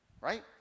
right